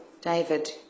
David